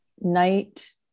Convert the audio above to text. night